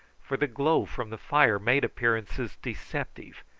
for the glow from the fire made appearances deceptive,